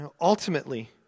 Ultimately